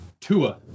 Tua